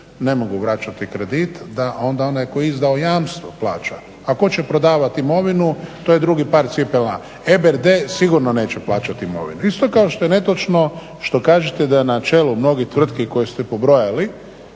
ne mogu vraćati kredit da onda onaj tko je izdao jamstvo plaća. A tko će prodavati imovinu to je drugi par cipela. EBRD sigurno neće plaćati imovinu. Isto kao što je netočno što kažete da je na čelu mnogih tvrtki koje ste pobrojali